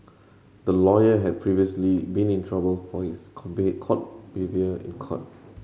the lawyer had previously been in trouble for his behaviour in court